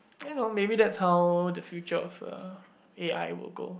you know maybe that's how the future of A A_I will go